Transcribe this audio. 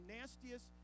nastiest